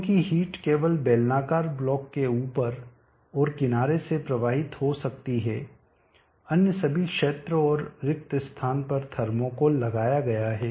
क्योंकि हिट केवल बेलनाकार ब्लॉक के ऊपर और किनारे से ही प्रवाहित हो सकती है अन्य सभी क्षेत्र और रिक्त स्थान पर थर्मोकोल लगाया गया हैं